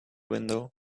window